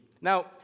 Now